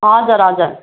हजुर हजुर